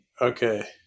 Okay